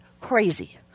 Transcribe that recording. crazy